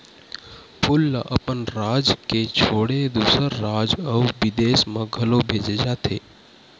फूल ल अपन राज के छोड़े दूसर राज अउ बिदेस म घलो भेजे जाथे